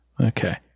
Okay